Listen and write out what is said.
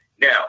Now